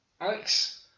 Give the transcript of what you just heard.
Alex